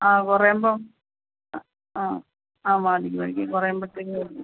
ആ കുറയുമ്പം അ ആ മാടിയ്ക്ക മേടിക്കാം കുറയുമ്പത്തേക്ക് മേടിയ്ക്കാം